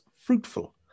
fruitful